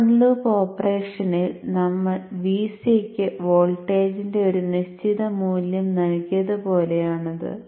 open loop ഓപ്പറേഷനിൽ നമ്മൾ Vc ക്ക് വോൾട്ടേജിന്റെ ഒരു നിശ്ചിത മൂല്യം നൽകിയതുപോലെ ആണത്